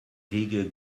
wiege